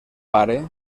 pare